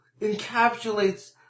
encapsulates